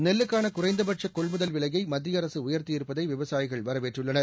நெல்லுக்கான குறைந்தபட்ச கொள்முதல் விலையை மத்திய அரசு உயர்த்தி இருப்பதை விவசாயிகள் வரவேற்றுள்ளன்